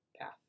path